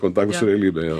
kontakto su realybe jo